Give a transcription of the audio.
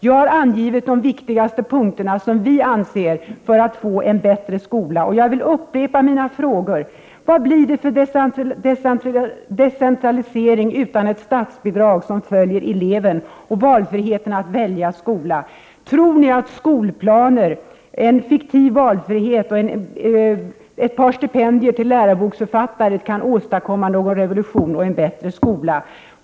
Jag har angivit de viktigaste 65 punkterna, som vi anser, för att få en bättre skola, och jag vill upprepa mina frågor: Vad blir det för decentralisering utan ett statsbidrag som följer eleven och valfriheten att välja skola? Tror ni att skolplaner, en fiktiv valfrihet och ett par stipendier till läroboksförfattare kan åstadkomma någon revolution och en bättre skola?